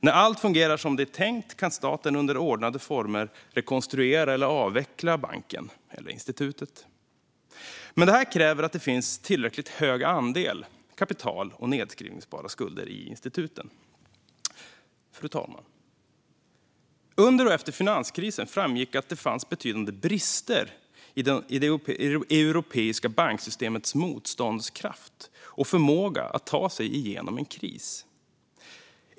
När allt fungerar som det är tänkt kan staten under ordnade former rekonstruera eller avveckla banken eller institutet. Men det kräver att det finns en tillräckligt hög andel kapital och nedskrivningsbara skulder i instituten. Fru talman! Under och efter finanskrisen framgick att det fanns betydande brister i de europeiska banksystemets motståndskraft och förmåga att ta sig igenom en kris.